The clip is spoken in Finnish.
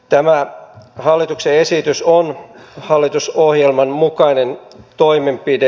tämä hallituksen esitys on hallitusohjelman mukainen toimenpide